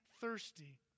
thirsty